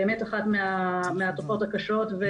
באמת אחת מהתופעות הקשות.